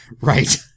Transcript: Right